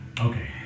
okay